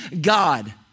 God